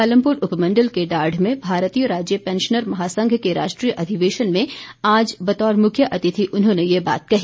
पालमपुर उपमंडल के डाढ़ में भारतीय राज्य पेंशनर महासंघ के राष्ट्रीय अधिवेशन में आज बतौर मुख्यातिथि उन्होंने यह बात कही